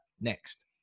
next